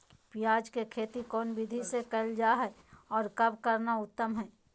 प्याज के खेती कौन विधि से कैल जा है, और कब करना उत्तम है?